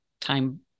time